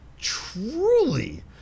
truly